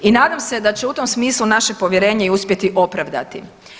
I nadam se da će u tom smislu naše povjerenje i uspjeti opravdati.